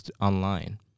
online